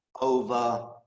over